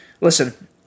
Listen